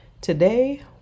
Today